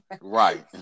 Right